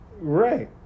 Right